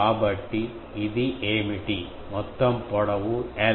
కాబట్టి ఇది ఏమిటి మొత్తం పొడవు l